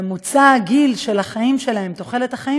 ממוצע הגיל של החיים שלהם,